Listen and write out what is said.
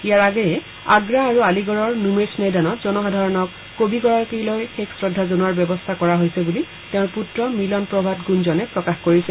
ইয়াৰ আগেয়ে আগ্গা আৰু আলিগড্ৰৰ নুমেশ ময়দানত জনসাধাৰণক কবিগৰাকীলৈ শেষ শ্ৰদ্ধা জনোৱাৰ ব্যৱস্থা কৰা হৈছে বুলি তেওঁৰ পুত্ৰ মিলন প্ৰভাত গুঞ্জনে প্ৰকাশ কৰিছে